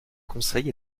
conseil